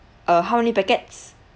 uh how many packets